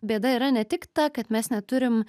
bėda yra ne tik ta kad mes neturim